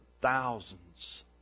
thousands